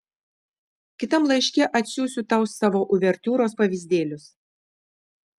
kitam laiške atsiųsiu tau savo uvertiūros pavyzdėlius